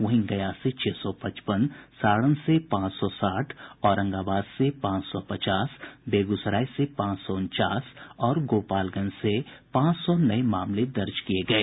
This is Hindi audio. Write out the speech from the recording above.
वहीं गया से छह सौ पचपन सारण में पांच सौ साठ औरंगबााद से पांच सौ पचास बेगूसराय से पांच सौ उनचास और गोपालगंज से पांच सौ नये मामले दर्ज किये गये